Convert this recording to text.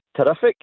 terrific